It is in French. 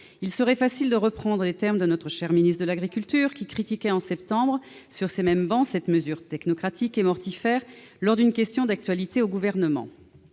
Il serait facile de reprendre les termes de notre cher ministre de l'agriculture, qui critiquait en septembre dernier, sur ces mêmes travées, cette « mesure technocratique et mortifère » lors d'une question d'actualité au Gouvernement